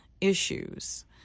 issues